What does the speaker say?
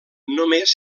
només